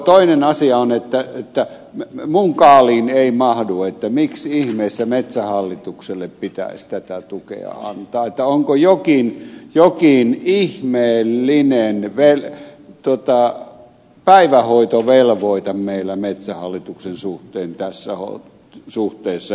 toinen asia on että minun kaaliini ei mahdu miksi ihmeessä metsähallitukselle pitäisi tätä tukea antaa onko jokin ihmeellinen päivähoitovelvoite meillä metsähallituksen suhteen tässä suhteessa